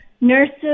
nurses